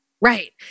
Right